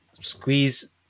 squeeze